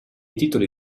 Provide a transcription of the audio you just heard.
titoli